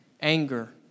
Anger